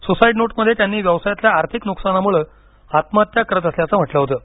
suicide नोटमध्ये त्यांनी व्यवसायातील आर्थिक नुकसानामुळे आत्महत्या करत असल्याचं म्हटलं होतं